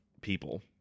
people